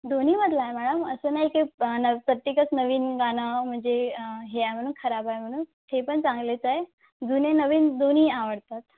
दोन्हीमधलं आहे मॅडम असं नाही की प् न् प्रत्येकच नवीन गाणं म्हणजे हे आहे म्हणून खराब आहे म्हणून हे पण चांगलेच आहे जुने नवीन दोन्हीही आवडतात